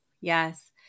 Yes